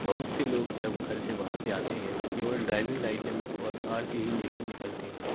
बहुत से लोग जब घर से बाहर जाते हैं तो केवल ड्राइवरिंग लाइसेंस और आर सी ले कर निकलते हैं